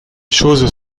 choses